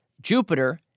Jupiter